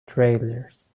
trailers